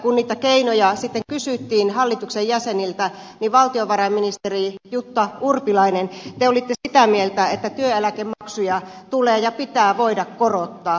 kun niitä keinoja sitten kysyttiin hallituksen jäseniltä niin valtiovarainministeri jutta urpilainen te olitte sitä mieltä että työeläkemaksuja tulee ja pitää voida korottaa